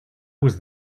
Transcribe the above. was